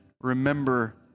remember